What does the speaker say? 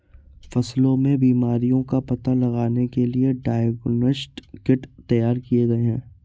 फसलों में बीमारियों का पता लगाने के लिए डायग्नोस्टिक किट तैयार किए गए हैं